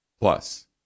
Plus